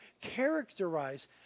characterize